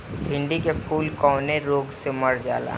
भिन्डी के फूल कौने रोग से मर जाला?